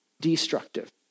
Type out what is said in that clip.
destructive